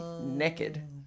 naked